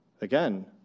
Again